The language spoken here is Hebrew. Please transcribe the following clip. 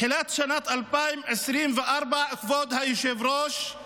כבוד היושב-ראש,